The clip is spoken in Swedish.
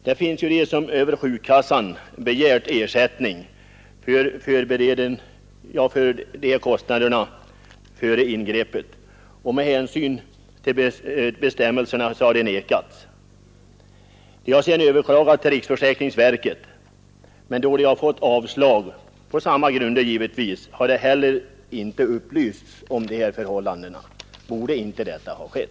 Det finns de som över sjukkassan begärt ersättning för sådana här kostnader före ingreppet, men med hänsyn till bestämmelserna har de vägrats detta. De har sedan överklagat hos riksförsäkringsverket, men då de har fått avslag — på samma grunder, givetvis — har de heller inte upplysts om de här förhållandena. Borde inte detta ha skett?